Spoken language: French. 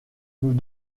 nous